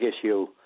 issue